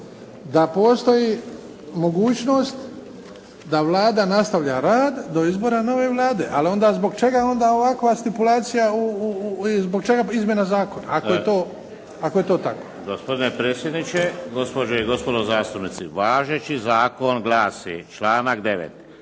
da postoji mogućnost da Vlada nastavlja rad do izbora nove Vlade. Ali zbog čega je onda ovakva stipulacija i zbog čega izmjena zakona ako je to tako? **Palarić, Antun** Gospodine predsjedniče, gospođe i gospodo zastupnici. Važeći zakon glasi, članak 9.